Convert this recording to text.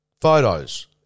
photos